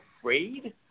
afraid